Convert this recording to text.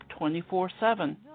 24-7